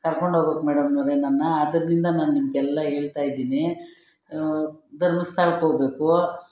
ಕರ್ಕೊಂಡು ಹೋಗ್ಬೇಕ್ ಮೇಡಮ್ನವರೆ ನನ್ನ ಅದ್ರಿಂದ ನಾನು ನಿಮಗೆಲ್ಲ ಹೇಳ್ತಾ ಇದ್ದೀನಿ ಧರ್ಮಸ್ಥಳಕ್ಕೆ ಹೋಗ್ಬೇಕು